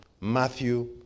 Matthew